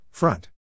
Front